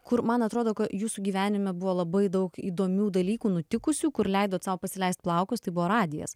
kur man atrodo kad jūsų gyvenime buvo labai daug įdomių dalykų nutikusių kur leidot sau pasileist plaukus tai buvo radijas